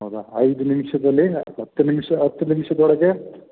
ಹೌದ ಐದು ನಿಮಿಷದಲ್ಲಿ ಹತ್ತು ನಿಮಿಷ ಹತ್ತು ನಿಮಿಷದೊಳಗೆ